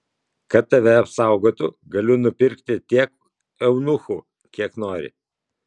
kad tave apsaugotų galiu nupirki tiek eunuchų kiek nori